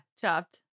chopped